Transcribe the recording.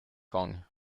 kong